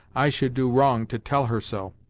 i should do wrong to tell her so.